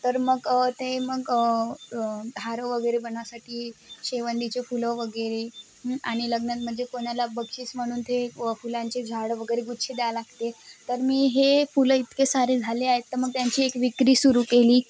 तर मग ते मग धारं वगैरे बनासाठी शेवंतीचे फुलं वगैरे आणि लग्नात म्हणजे कोणाला बक्षीस म्हणून ते व फुलांचे झाड वगैरे गुच्छ द्या लागते तर मी हे फुलं इतके सारे झाले आहेत तर मग त्यांची एक विक्री सुरू केली